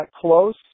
close